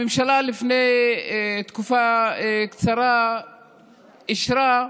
הממשלה לפני תקופה קצרה אישרה,